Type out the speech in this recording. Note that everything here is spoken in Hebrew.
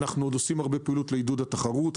אנחנו עושים עוד הרבה פעולות לעידוד התחרות,